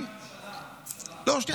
אם זה משפחות מפונים --- מה עם הממשלה?